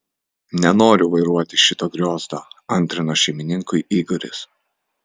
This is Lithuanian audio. nenoriu vairuoti šito griozdo antrino šeimininkui igoris